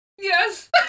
Yes